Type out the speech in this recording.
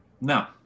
No